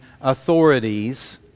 authorities